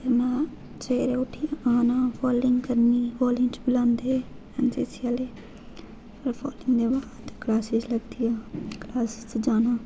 ते में सवेरे उट्ठियै औना ते फालिंग करनी फालिंग च बुलांदे एनसीसी आह्ले होर फालिंग दे बाद क्लासां लगदियां क्लासै च जाना